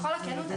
בכל הכנות,